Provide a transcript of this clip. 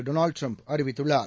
Donald Trump அறிவித்துள்ளார்